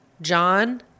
John